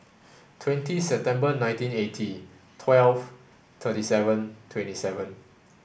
twenty September nineteen eighty twelve thirty seven twenty seven